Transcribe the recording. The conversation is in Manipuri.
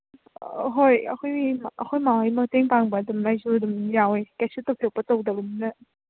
ꯑꯥ ꯍꯣꯏ ꯑꯩꯈꯣꯏ ꯑꯩꯈꯣꯏ ꯃꯥ ꯍꯣꯏ ꯃꯇꯦꯡ ꯄꯥꯡꯕ ꯑꯗꯨꯝ ꯑꯩꯁꯨ ꯑꯗꯨꯝ ꯌꯥꯎꯋꯤ ꯀꯩꯁꯨ ꯊꯣꯏꯗꯣꯛꯄ ꯇꯧꯗꯕꯅꯤꯅ